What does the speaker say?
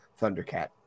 Thundercat